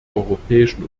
europäischen